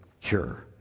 cure